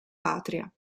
patria